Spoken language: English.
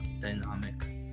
dynamic